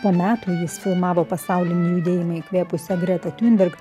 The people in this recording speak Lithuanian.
po metų jis filmavo pasaulinį judėjimą įkvėpusią gretą tiunberg